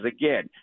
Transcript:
again